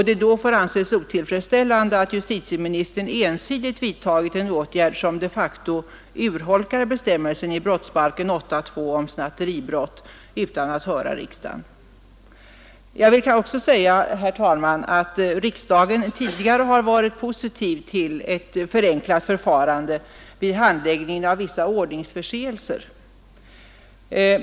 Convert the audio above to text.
Då får det anses otillfredsställande att justitieministern ensidigt utan att höra riksdagen vidtar en åtgärd som de facto urholkar bestämmelsen i brottsbalken 8: 2 om snatteribrott. Vidare vill jag, herr talman, säga att riksdagen tidigare varit positiv till ett förenklat förfarande vid handläggningen av vissa ordningsförseelser.